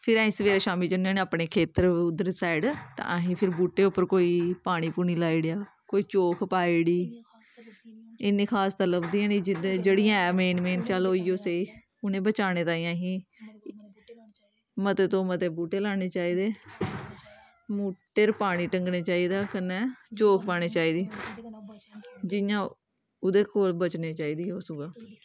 फिर अस सवेरै शाम्मी जन्ने होन्ने अपने खेत्तर उद्धर साइड असीं फिर बूह्टे पर कोई पानी पूनी लाई ओड़ेआ कोई चोग पाई ओड़ी इन्नी खास ते लभदियां निं होन जेह्ड़ी ऐ मेन मेन चलो उ'ऐ सेही उ'नें बचाने ताईं असीं मते तो मते बूह्टे लाने चाहिदे बूह्टे पर पानी टंगना चाहिदा कन्नै चोग पानी चाहिदी जियां ओह् ओह्दे कोल बचनी चाहिदी ओह् सगुआं